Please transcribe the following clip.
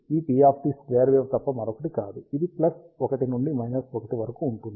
ఇప్పుడు ఈ p square wave తప్ప మరొకటి కాదు ఇది ప్లస్ 1 నుండి 1 వరకు ఉంటుంది